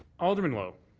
alderman lowe,